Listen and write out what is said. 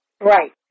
Right